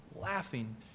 laughing